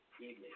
evening